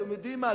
אתם יודעים מה,